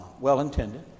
well-intended